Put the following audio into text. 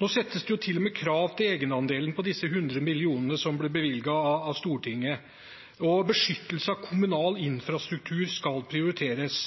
Nå stilles det til og med krav til egenandelen på disse 100 mill. kr som ble bevilget av Stortinget. Beskyttelse av kommunal infrastruktur skal prioriteres,